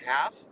half